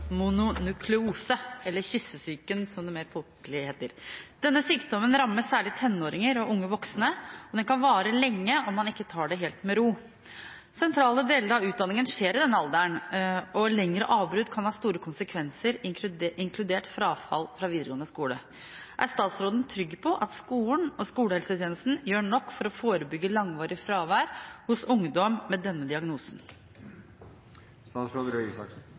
Denne sykdommen rammer særlig tenåringer og unge voksne, og den kan vare lenge om man ikke tar det helt med ro. Sentrale deler av utdanningen skjer i denne alderen og lengre avbrudd kan ha store konsekvenser, inkludert frafall fra videregående skole. Er statsråden trygg på at skolen og skolehelsetjenesten gjør nok for å forebygge langvarig fravær hos ungdom med denne diagnosen?»